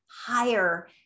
higher